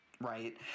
Right